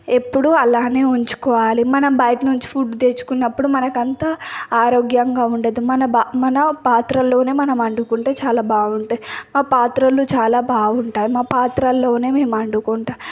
ఎప్పుడూ అలానే ఉంచుకోవాలి మనం బయట నుంచి ఫుడ్ తెచ్చుకున్నప్పుడు మనకు అంత ఆరోగ్యంగా ఉండదు మన మన పాత్రలోనే మనం వండుకుంటే చాలా బాగుంటాయి ఆ పాత్రలు చాలా బాగుంటాయి మా పాత్రలోనే మేము వండుకుంటా